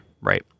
Right